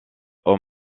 aux